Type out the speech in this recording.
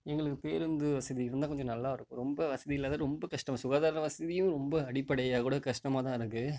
எங்களுக்கு பேருந்து வசதி இருந்தால் கொஞ்சம் நல்லாயிருக்கும் ரொம்ப வசதி இல்லாத ரொம்ப கஷ்டம் சுகாதார வசதியும் ரொம்ப அடிப்படையாக கூட கஷ்டமாக தான் இருக்குது